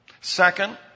Second